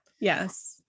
Yes